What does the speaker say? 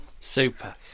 Super